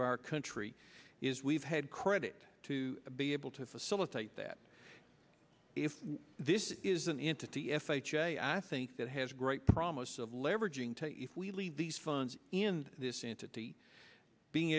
of our country is we've had credit to be able to facilitate that if this is an entity f h a i think that has great promise of leveraging to if we leave these funds in this entity being